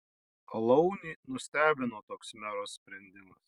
alaunį nustebino toks mero sprendimas